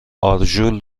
آرژول